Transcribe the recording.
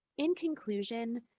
in conclusion,